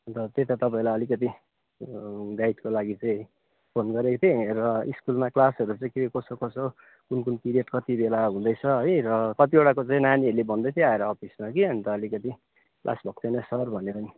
अन्त त्यही त तपाईँलाई अलिकति गाइडको लागि चाहिँ फोन गरेको थिएँ र स्कुलमा क्लासहरू चाहिँ केही कसो कसो कुन कुन पिरियड कति बेला हुँदैछ है र कतिवटाको चाहिँ नानीहरूले भन्दै थियो आएर अफिसमा कि अन्त अलिकति क्लास भएको थिएन सर भनेर नि